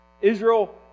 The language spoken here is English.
Israel